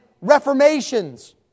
reformations